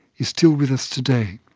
is still with us today.